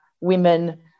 women